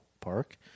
Park